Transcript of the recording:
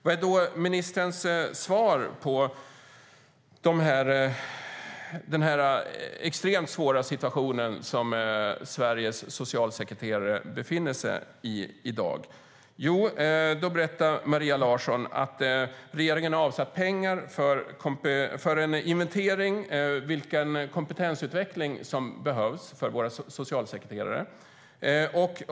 Vad är då ministerns svar på den extremt svåra situation som Sveriges socialsekreterare i dag befinner sig i? Maria Larsson berättar att regeringen har avsatt pengar för en inventering av vilken kompetensutveckling som behövs för våra socialsekreterare.